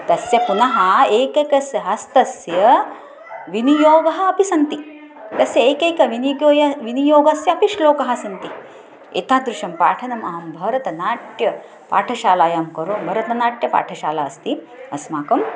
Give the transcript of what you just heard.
तस्य पुनः एकैकस्य हस्तस्य विनियोगाः अपि सन्ति तस्य एकैकविनिकोय विनियोगस्य अपि श्लोकाः सन्ति एतादृशं पाठनम् अहं भरतनाट्यपाठशालायां करो भरतनाट्यपाठशाला अस्ति अस्माकम्